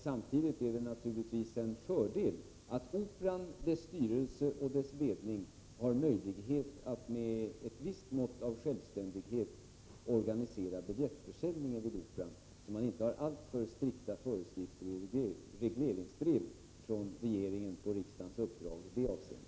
Samtidigt är det naturligtvis en fördel att Operan, dess styrelse och dess ledning har möjlighet att med ett visst mått av självständighet organisera biljettförsäljningen vid Operan, så att man inte har alltför strikta föreskrifter i regleringsbrev från regeringen på riksdagens uppdrag i det avseendet.